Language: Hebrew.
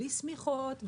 בלי שמיכות,